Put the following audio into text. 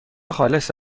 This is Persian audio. خالص